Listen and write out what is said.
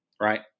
Right